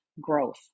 growth